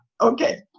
Okay